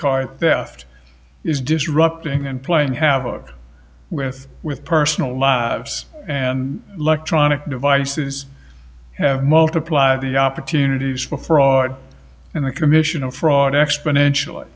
card theft is disrupting and playing havoc with with personal law and electronic devices have multiplied the opportunities for fraud in the commission of fraud exponentially